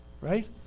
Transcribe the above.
Right